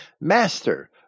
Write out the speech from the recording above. Master